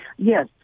yes